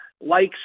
likes